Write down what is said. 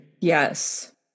Yes